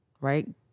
right